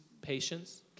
patience